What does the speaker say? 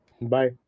Bye